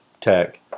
tech